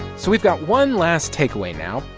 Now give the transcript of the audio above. so we've got one last takeaway now.